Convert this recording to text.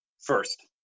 first